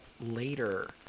later